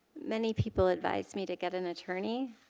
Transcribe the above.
many people advised me to get an attorney.